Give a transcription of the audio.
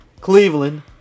Cleveland